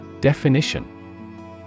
Definition